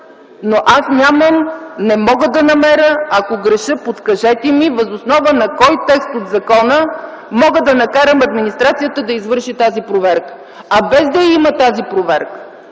Но аз нямам, не мога да намеря - ако греша, подскажете ми въз основа на кой текст от закона мога да накарам администрацията да извърши тази проверка. Без да я има тази проверка